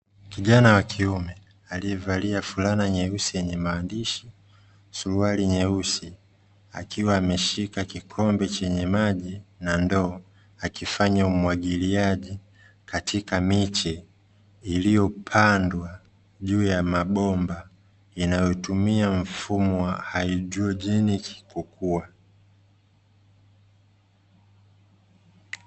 Kijana wa kiume aliyevalia fulana nyeusi yenye maandishi, suruali nyeusi akiwa ameshika kikombe chenye maji na ndoo, akifanya umwagiliaji katika miche iliyopandwa juu ya mabomba inayotumia mfumo wa haidrojeni kukua.